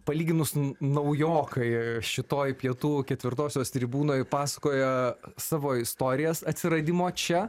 palyginus naujokai šitoj pietų ketvirtosios tribūnoj pasakoja savo istorijas atsiradimo čia